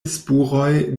spuroj